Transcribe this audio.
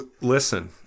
Listen